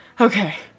Okay